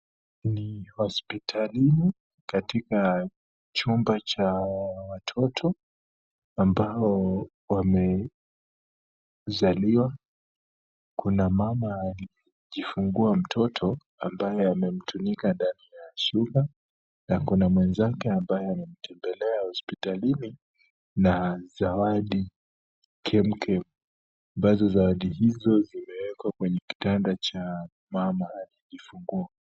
Ni hospitalini, katika chumba cha watoto ambao wamezaliwa, kuna mama alijifungua mtoto ambaye amemtunika ndani ya shuka na kuna mwenzake ambaye amemtembelea hospitalini na zawadi chemchem, ambazo zawadi hizo zimewekwa kwenye kitanda cha mama aliyejifungua.